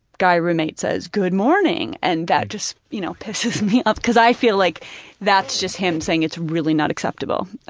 guy roommate says, good morning. and that just, you know, pisses me off, cuz i feel like that's just him saying it's really not acceptable.